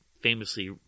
famously